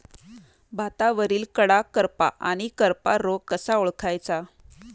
भातावरील कडा करपा आणि करपा रोग कसा ओळखायचा?